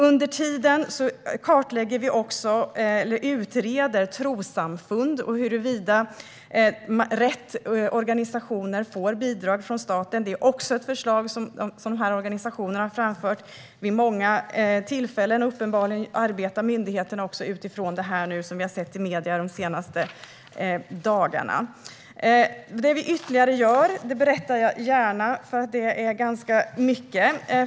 Under tiden kartlägger och utreder vi också trossamfund och huruvida rätt organisationer får bidrag från staten. Det är också ett förslag som organisationerna har framfört vid många tillfällen. Uppenbarligen arbetar myndigheterna utifrån det vi har sett i medierna de senaste dagarna. Vad vi gör ytterligare berättar jag gärna, för det är ganska mycket.